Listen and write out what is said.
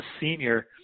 senior